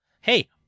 hey